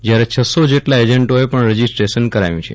જ્યારે છસો જેટલા એજન્ટોએ પણ રજિસ્ટ્રેશન કરાવ્યું છે